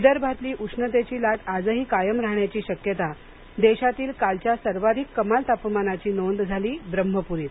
विदर्भातली उष्णतेची लाट आजही कायम राहण्याची शक्यता देशातील कालच्या सर्वाधिक कमाल तापमानाची नोंद झाली ब्रह्मपूरीत